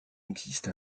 existe